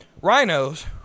rhinos